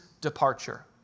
departure